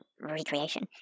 recreation